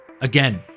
Again